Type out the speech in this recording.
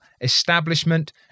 establishment